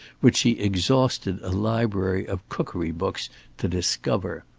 which she exhausted a library of cookery-books to discover.